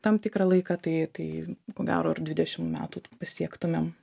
tam tikrą laiką tai tai ko gero ir dvidešim metų pasiektumėm